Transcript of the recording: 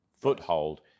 foothold